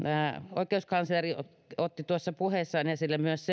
oikeuskansleri otti tuossa puheessaan esille myös